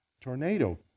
tornado